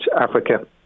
Africa